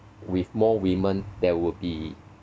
with more women there will be